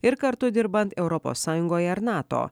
ir kartu dirbant europos sąjungoje ar nato